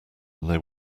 they